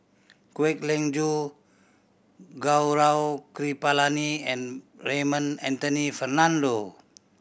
Kwek Leng Joo Gaurav Kripalani and Raymond Anthony Fernando